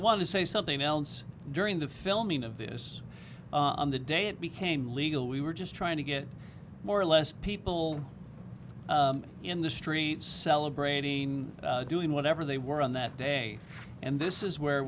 want to say something else during the filming of this on the day it became legal we were just trying to get more or less people in the streets cell braining doing whatever they were on that day and this is where